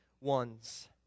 ones